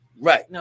right